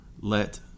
Let